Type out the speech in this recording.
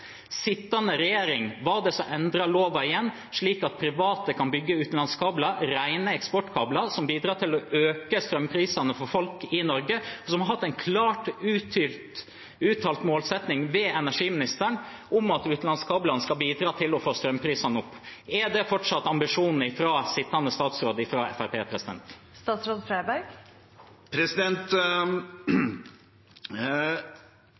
Sittende regjering endret loven slik at private kan bygge utenlandskabler, rene eksportkabler, som bidrar til å øke strømprisene for folk i Norge, og som har hatt en klart uttalt målsetting ved energiministeren om at utenlandskablene skal bidra til å få strømprisene opp. Er det fortsatt ambisjonen til sittende statsråd